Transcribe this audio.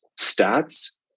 stats